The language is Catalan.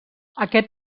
aquest